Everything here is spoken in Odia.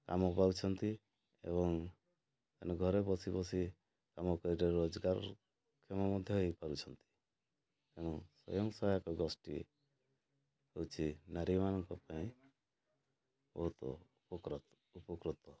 କାମ ପାଉଛନ୍ତି ଏବଂ ମାନେ ଘରେ ବସି ବସି କାମ କରି ରୋଜଗାରକ୍ଷମ ମଧ୍ୟ ହେଇପାରୁଛନ୍ତି ତେଣୁ ସ୍ୱୟଂ ସହାୟକ ଗୋଷ୍ଠୀ ହେଉଛି ନାରୀମାନଙ୍କ ପାଇଁ ବହୁତ ଉପକୃତ